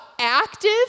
active